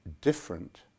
different